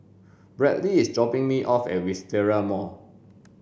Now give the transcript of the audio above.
Bradley is dropping me off at Wisteria Mall